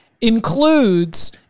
includes